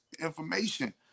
information